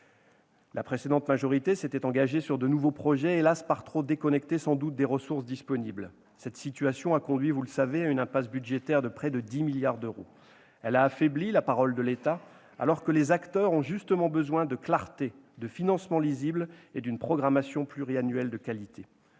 La précédente majorité s'était engagée sur de nouveaux projets par trop déconnectés, hélas, des ressources disponibles. Cette situation a conduit à une impasse budgétaire de près de 10 milliards d'euros. Elle a affaibli la parole de l'État, alors que les acteurs ont justement besoin de clarté, de financements lisibles et d'une programmation pluriannuelle de qualité.